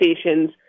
stations